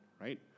right